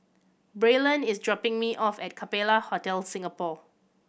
Braylen is dropping me off at Capella Hotel Singapore